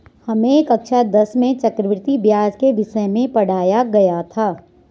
हमें कक्षा दस में चक्रवृद्धि ब्याज के विषय में पढ़ाया गया था